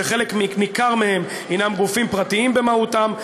שחלק ניכר מהם הנם גופים פרטיים במהותם.